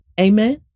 Amen